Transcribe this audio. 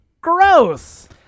Gross